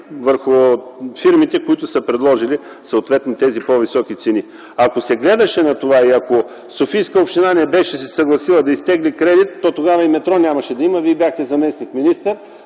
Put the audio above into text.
във фирмите, които са предложили тези по-високи цени. Ако се гледаше на това и ако Софийска община не беше се съгласила да изтегли кредит, то тогава и метро нямаше да има. Вие бяхте заместник-министър,